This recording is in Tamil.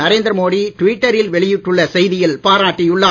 நரேந்திர மோடி டுவிட்டரில் வெளியிட்டுள்ள செய்தியில் பாராட்டியுள்ளார்